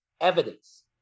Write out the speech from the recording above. evidence